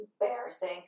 embarrassing